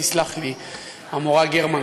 תסלח לי המורה גרמן.